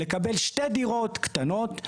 לקבל שתי דירות קטנות.